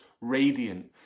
radiant